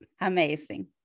Amazing